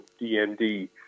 DMD